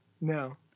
No